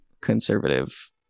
conservative